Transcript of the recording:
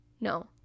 no